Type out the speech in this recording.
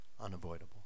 unavoidable